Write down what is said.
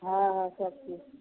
हँ सबचीज